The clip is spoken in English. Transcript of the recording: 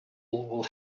will